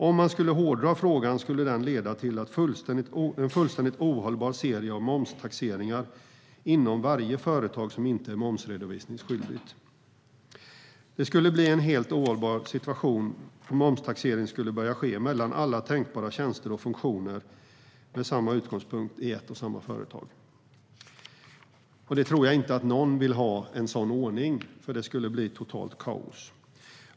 Om man skulle hårdra frågan skulle det leda till en fullständigt ohållbar serie av momstaxeringar inom varje företag som inte är momsredovisningsskyldigt. Det skulle bli en helt ohållbar situation om momstaxering skulle börja ske mellan alla tänkbara tjänster och funktioner med samma utgångspunkt i ett och samma företag. Jag tror inte att någon vill ha en sådan ordning, för det skulle bli totalt kaos.